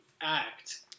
act